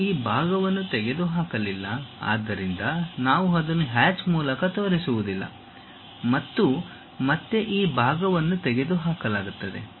ನಾವು ಈ ಭಾಗವನ್ನು ತೆಗೆದುಹಾಕಲಿಲ್ಲ ಆದ್ದರಿಂದ ನಾವು ಅದನ್ನು ಹ್ಯಾಚ್ ಮೂಲಕ ತೋರಿಸುವುದಿಲ್ಲ ಮತ್ತು ಮತ್ತೆ ಈ ಭಾಗವನ್ನು ತೆಗೆದುಹಾಕಲಾಗುತ್ತದೆ